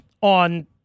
on